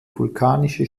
vulkanische